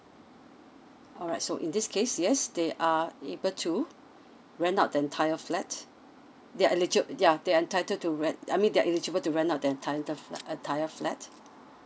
alright so in this case yes they are able to rent out the entire flat they are eligi~ yeah they are entitled to rent I mean they are eligible to rent out the enti~ entire flat